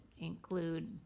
include